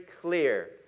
clear